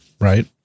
right